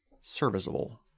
serviceable